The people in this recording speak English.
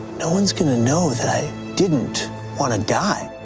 no one's going to know that i didn't want to die.